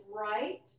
right